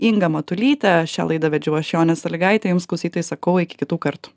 inga matulytė šią laidą vedžiau aš jonė salygaitė jums klausytojai sakau iki kitų kartų